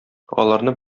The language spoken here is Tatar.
аларны